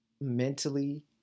mentally